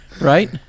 Right